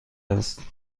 است